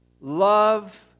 love